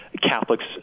Catholics